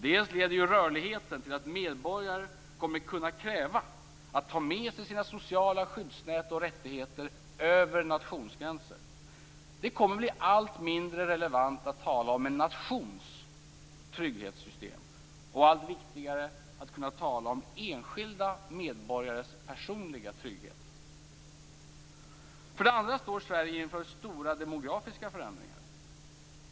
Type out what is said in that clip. Dels leder rörligheten till att medborgare kommer att kunna kräva att ta med sig sina sociala skyddsnät och rättigheter över nationsgränsen. Det kommer att bli allt mindre relevant att tala om en nations trygghetssystem och allt viktigare att kunna tala om enskilda medborgares personliga trygghet. För det andra står Sverige inför stora demografiska förändringar.